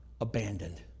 abandoned